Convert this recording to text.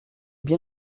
bien